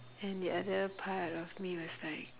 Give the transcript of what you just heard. and the other part of me was like